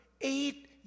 eight